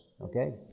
Okay